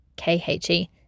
khe